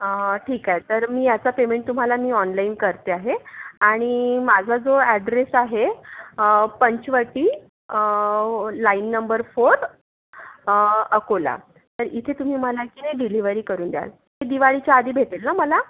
ठीक आहे तर मी याचं पेमेंट तुम्हाला मी ऑनलाईन करते आहे आणि माझा जो ॲड्रेस आहे Panchavati line number four Akola इथं तुम्ही मला की नाही डिलिवरी करून द्याल दिवाळीच्या आधी भेटेल ना मला